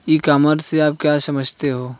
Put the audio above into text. ई commerce से आप क्या समझते हो?